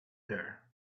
there